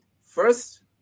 first